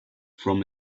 from